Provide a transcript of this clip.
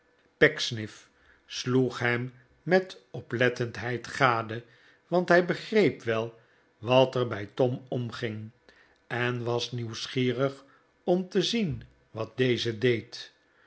pecksniff sloeg hem met oplettendheid gade want hij begreep wel wat er bij tom omging en was nieuwsgierig om te zien wat deze deed